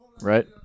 Right